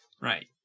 Right